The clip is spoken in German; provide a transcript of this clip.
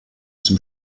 zum